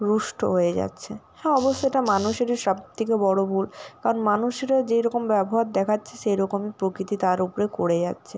রুষ্ট হয়ে যাচ্ছে হ্যাঁ অবশ্য এটা মানুষেরই সব থেকে বড়ো ভুল কারণ মানুষরা যেই রকম ব্যবহার দেখাচ্ছে সেই রকমই প্রকৃতি তার ওপরে করে যাচ্ছে